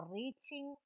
reaching